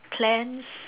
plans